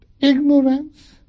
Ignorance